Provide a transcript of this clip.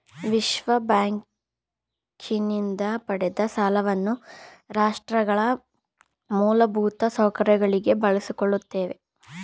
ವಿಶ್ವಬ್ಯಾಂಕಿನಿಂದ ಪಡೆದ ಸಾಲವನ್ನ ರಾಷ್ಟ್ರಗಳ ಮೂಲಭೂತ ಸೌಕರ್ಯಗಳಿಗೆ ಬಳಸಿಕೊಳ್ಳುತ್ತೇವೆ